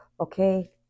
okay